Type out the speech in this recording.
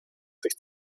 sich